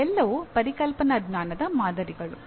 ಅವೆಲ್ಲವೂ ಪರಿಕಲ್ಪನಾ ಜ್ಞಾನದ ಮಾದರಿಗಳು